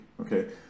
okay